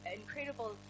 incredible